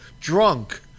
drunk